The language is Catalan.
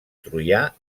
troià